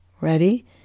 ready